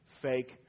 fake